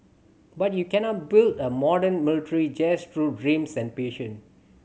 but you cannot build a modern military just through dreams and passion